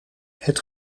het